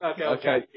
Okay